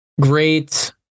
great